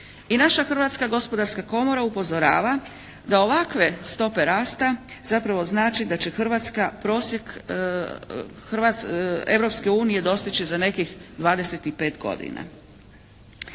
I naša Hrvatska gospodarska komora upozorava da ovakve stope rasta zapravo znači da će Hrvatska prosjek Europske unije dostići za nekih 25 godina.